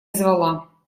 звала